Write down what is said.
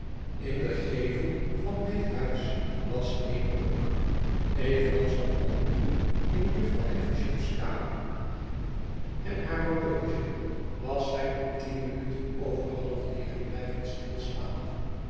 in den gevel van dit huis was eene klok evenals de pendule in jufvrouw havisham's kamer en haar horloge was zij op tien minuten over half negen blijven stilstaan